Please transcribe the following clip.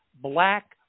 black